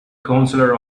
counselor